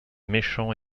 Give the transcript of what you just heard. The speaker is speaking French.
méchant